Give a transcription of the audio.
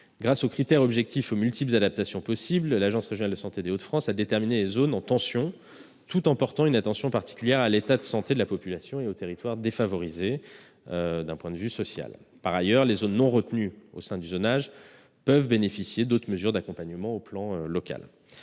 Grâce aux critères objectifs et aux multiples adaptations possibles, l'ARS Hauts-de-France a déterminé les zones en tension tout en portant une attention particulière à l'état de santé de la population et aux territoires défavorisés d'un point de vue social. Par ailleurs, les zones non retenues au sein du zonage peuvent bénéficier d'autres mesures d'accompagnement à l'échelon local.